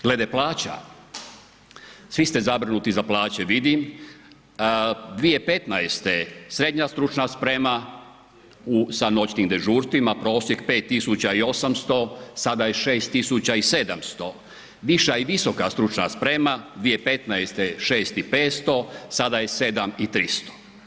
Glede plaća svi ste zabrinuti za plaće vidim, 2015. srednja stručna sprema sa noćnim dežurstvima prosjek 5.800, sada je 6.700, viša i visoka stručna sprema 2015. 6.500, sada je 7.300.